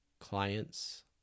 clients